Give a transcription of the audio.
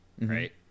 right